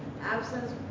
absence